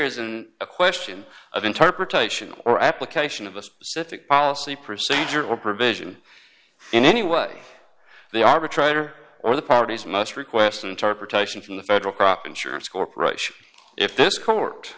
isn't a question of interpretation or application of a specific policy procedure or provision in any way the arbitrator or the parties must request an interpretation from the federal crop insurance corporation if this court